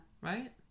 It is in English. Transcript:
Right